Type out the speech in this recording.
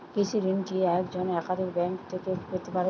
কৃষিঋণ কি একজন একাধিক ব্যাঙ্ক থেকে পেতে পারে?